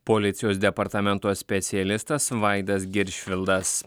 policijos departamento specialistas vaidas giršvildas